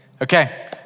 Okay